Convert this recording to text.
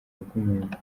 bw’umuntu